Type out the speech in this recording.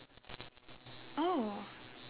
oh